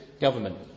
government